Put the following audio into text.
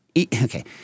okay